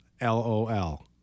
L-O-L